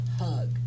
hug